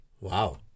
Wow